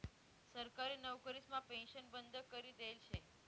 सरकारी नवकरीसमा पेन्शन बंद करी देयेल शे